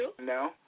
No